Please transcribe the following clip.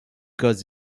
cause